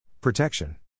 Protection